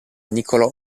niccolò